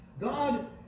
God